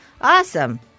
awesome